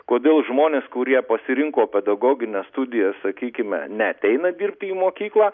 kodėl žmonės kurie pasirinko pedagogines studijas sakykime neateina dirbti į mokyklą